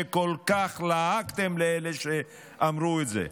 שכל כך לעגתם לאלה שאמרו את זה,